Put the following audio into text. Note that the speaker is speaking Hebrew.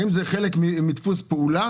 האם זה חלק מדפוס פעולה